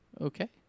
Okay